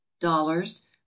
dollars